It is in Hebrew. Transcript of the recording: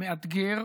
מאתגר